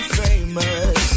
famous